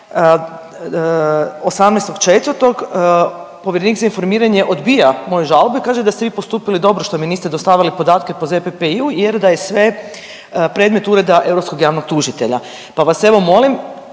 18.4. povjerenik za informiranje odbija moje žalbe i kaže da ste vi postupili dobro što mi niste dostavili podatke po ZPPI-u jer da je sve predmet Ureda europskog javnog tužitelja, pa vas evo molim,